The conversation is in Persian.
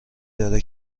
داره